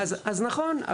אז נכון.